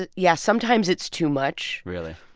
ah yeah sometimes, it's too much really?